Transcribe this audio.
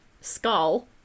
skull